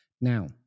Now